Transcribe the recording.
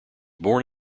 born